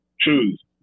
choose